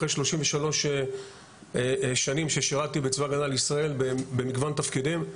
אחרי שלושים ושלוש שנה ששירתתי בצבא הגנה לישראל במגוון תפקידים,